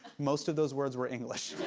most of those words were english.